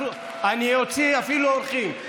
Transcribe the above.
אני אוציא אפילו אורחים.